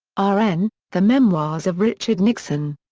ah rn the memoirs of richard nixon.